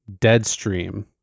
Deadstream